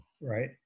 right